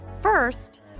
First